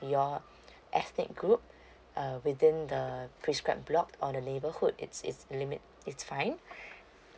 your ethnic group uh within the prescribed block on the neighborhood it's limit it's fine